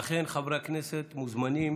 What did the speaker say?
ואכן, חברי הכנסת מוזמנים